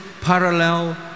parallel